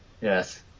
Yes